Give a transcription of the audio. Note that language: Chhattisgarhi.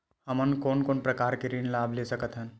हमन कोन कोन प्रकार के ऋण लाभ ले सकत हन?